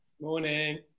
Morning